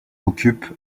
occupe